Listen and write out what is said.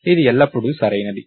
ఇది ఎల్లప్పుడూ సరైనది